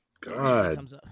God